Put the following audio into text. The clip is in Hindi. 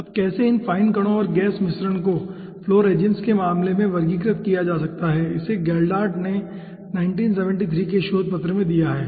अब कैसे इन फाइन कणों और गैस मिश्रण को फ्लो रेजीम्स के मामले में वर्गीकृत किया जा सकता है इसे गेल्डार्ट ने अपने 1973 के शोध पत्र में दिया है